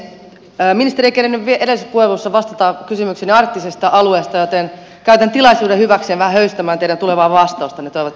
ministeri ei kerinnyt vielä edellisessä puheenvuorossa vastata kysymykseeni arktisesta alueesta joten käytän tilaisuuden hyväksi ja vähän höystän teidän tulevaa vastaustanne toivottavasti